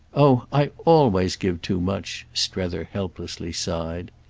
oh i always give too much! strether helplessly sighed.